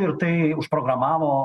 ir tai užprogramavo